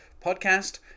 podcast